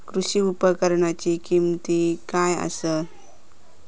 कृषी उपकरणाची किमती काय आसत?